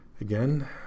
again